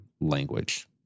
language